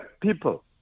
people